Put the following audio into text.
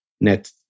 net